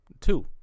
Two